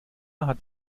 hat